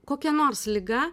kokia nors liga